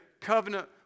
covenant